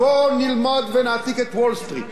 בואו נלמד ונעתיק את וול-סטריט,